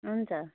हुन्छ